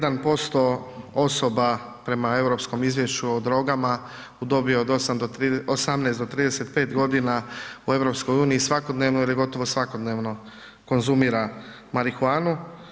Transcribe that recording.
1% osoba prema europskom izvješću o drogama u dobi od 8 do, 18 do 35.g. u EU svakodnevno ili gotovo svakodnevno konzumira marihuanu.